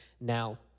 now